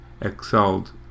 excelled